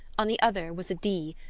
on the other was a d.